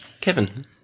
Kevin